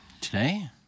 Today